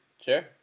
Sure